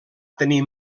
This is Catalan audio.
tenir